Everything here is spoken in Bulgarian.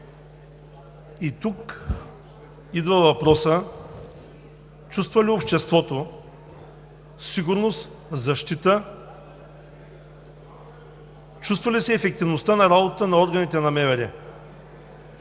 Тук идва въпросът: чувства ли обществото сигурност, защита; чувства ли се ефективността на работата на органите на МВР?